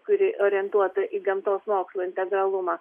kuri orientuota į gamtos mokslų integralumą